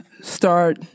start